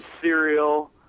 cereal